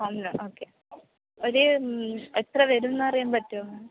ഒന്ന് ഓക്കെ ഒരു എത്ര വരുമെന്ന് അറിയാൻ പറ്റുമോ മാം